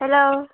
hello